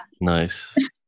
Nice